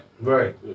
Right